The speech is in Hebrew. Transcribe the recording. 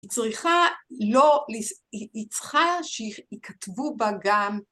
צריכה לא, היא צריכה שייכתבו בה גם